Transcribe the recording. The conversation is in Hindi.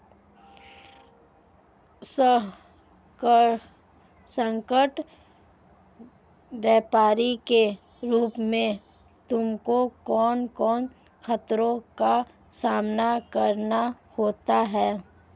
स्टॉक व्यापरी के रूप में तुमको किन किन खतरों का सामना करना होता है?